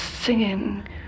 singing